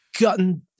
gotten